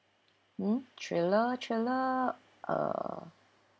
mm thriller thriller err